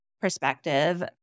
perspective